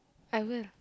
I will